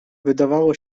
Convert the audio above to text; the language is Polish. wydawało